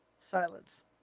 Silence